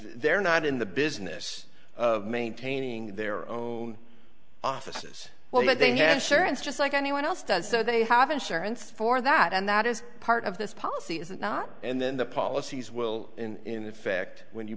they're not in the business of maintaining their own offices well but they hand sharon's just like anyone else does so they have insurance for that and that is part of this policy is it not and then the policies will in effect when you